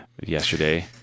yesterday